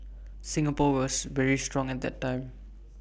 Singapore was very strong at that time